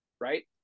right